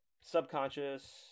subconscious